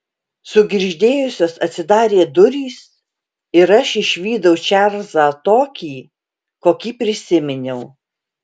sugirgždėjusios atsidarė durys ir aš išvydau čarlzą tokį kokį prisiminiau